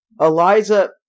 Eliza